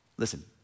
Listen